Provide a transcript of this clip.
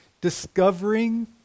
discovering